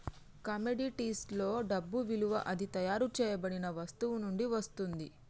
కమోడిటీస్లో డబ్బు విలువ అది తయారు చేయబడిన వస్తువు నుండి వస్తుంది